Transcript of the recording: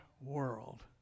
world